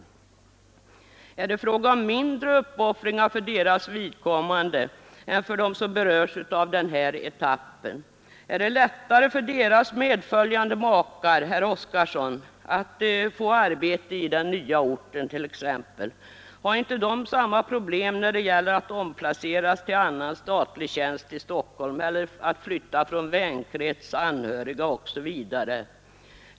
Var det fråga om mindre uppoffringar för deras vidkommande än för dem som berörs av den här etappen? Är det lättare för deras medföljande makar, herr Oskarson, att t.ex. få arbete på den nya orten? Hade inte dessa 6 000 samma problem när det gällde att omplaceras i annan statlig tjänst i Stockholm eller att flytta från vänkrets, anhöriga osv.?